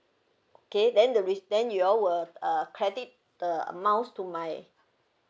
okay then the re~ then you all will uh credit the amounts to my